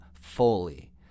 fully